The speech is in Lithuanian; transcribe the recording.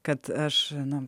kad aš žinau